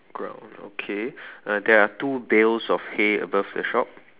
ground okay uh there are two bails of hay above the shop